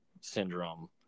syndrome